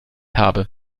habe